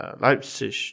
Leipzig